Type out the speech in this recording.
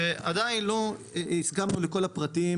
יש בלבול, ועדיין לא הסכמנו על כל הפרטים.